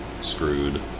screwed